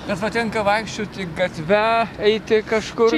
bet va tenka vaikščioti gatve eiti kažkur